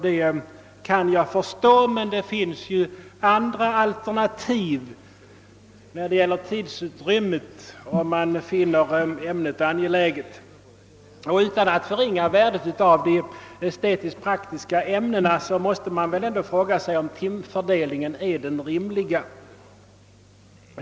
Det kan jag förstå, men det finns andra alternativ när det gäller tidsutrymmet, om man finner ämnet angeläget. Utan att förringa värdet av de estetisk-praktiska ämnena måste man fråga sig om fimfördelningen är rimlig.